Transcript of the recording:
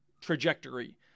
trajectory